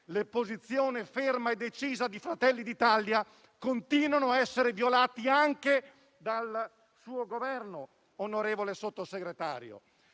la posizione ferma e decisa di Fratelli d'Italia, continuano a essere violate anche dal suo Governo, onorevole Sottosegretario.